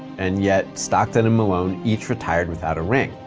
and yet stockton and malone each retired without a ring.